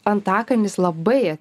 antakalnis labai